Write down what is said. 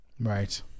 Right